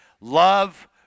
Love